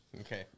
Okay